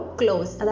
close